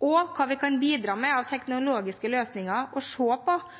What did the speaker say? hva vi kan bidra med av